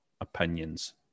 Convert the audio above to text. opinions